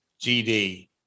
GD